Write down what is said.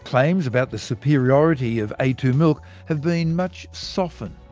claims about the superiority of a two milk have been much softened.